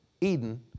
Eden